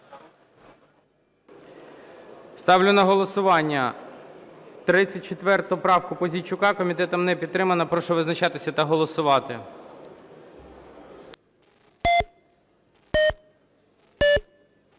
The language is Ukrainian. Ставлю на голосування 34 правку Пузійчука. Комітетом не підтримана. Прошу визначатися та голосувати.